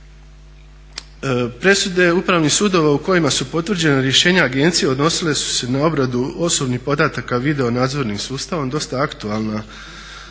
Presude upravnih sudova u kojima su potvrđena rješenja agencije odnosile su se na obradu osobnih podataka videonadzornim sustavom, dosta aktualna